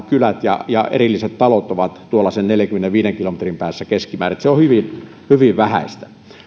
kylät ja ja erilliset talot ovat tuollaisen neljänkymmenenviiden kilometrin päässä keskimäärin että se on hyvin hyvin vähäistä